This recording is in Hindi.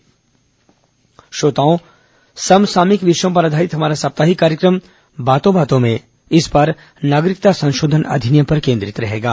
बातों बातों में समसामयिक विषयों पर आधारित हमारा साप्ताहिक कार्यक्रम बातों बातों में इस बार नागरिकता संशोधन अधिनियम पर केंद्रित रहेगा